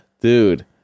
dude